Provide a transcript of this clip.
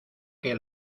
que